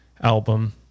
album